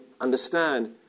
understand